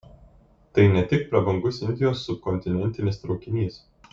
tai ne tik prabangus indijos subkontinentinis traukinys